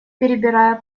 перебирая